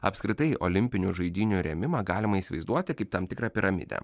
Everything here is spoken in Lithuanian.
apskritai olimpinių žaidynių rėmimą galima įsivaizduoti kaip tam tikrą piramidę